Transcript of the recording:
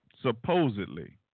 Supposedly